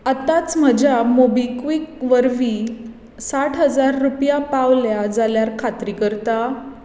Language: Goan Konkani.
आतांच म्हज्या मोबीक्विक वरवीं साठ हजार रुपया पावल्या जाल्यार खात्री करता